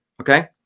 Okay